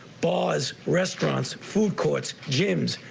bars, restaurants, food courts, gyms,